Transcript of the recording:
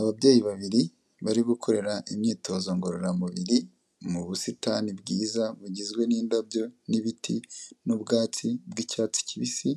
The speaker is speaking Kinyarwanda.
Ababyeyi babiri bari gukorera imyitozo ngororamubiri mu busitani bwiza bugizwe n'indabyo n'ibiti n'ubwatsi bw'icyatsi kibisi,